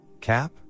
Cap